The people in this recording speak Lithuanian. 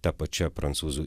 ta pačia prancūzų